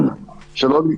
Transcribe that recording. בבקשה, שלום, אדוני.